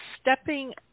stepping